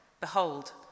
Behold